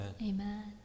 Amen